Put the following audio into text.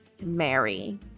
Mary